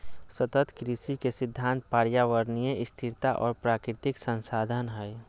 सतत कृषि के सिद्धांत पर्यावरणीय स्थिरता और प्राकृतिक संसाधन हइ